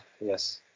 Yes